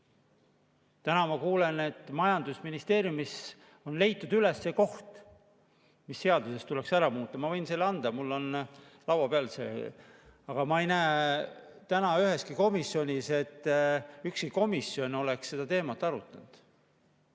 Täna ma kuulen, et majandusministeeriumis on leitud üles see koht, mis seaduses tuleks ära muuta – ma võin selle anda, mul on see laua peal. Aga ma ei näe täna, et ükski komisjon oleks seda teemat arutanud.